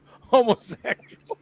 homosexual